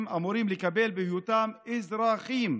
הם אמורים לקבל זאת בהיותם אזרחים,